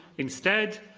instead,